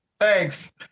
thanks